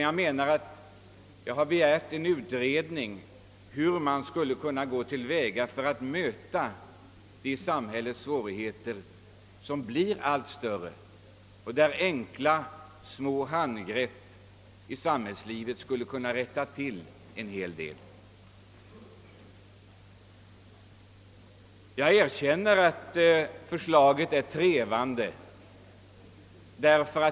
Jag har begärt en utredning av frågan hur man skall gå till väga för att eliminera de svårigheter i samhället som blir allt större och som till stor del skulle kunna klaras med enkla medel. Jag erkänner att mitt förslag är trevande.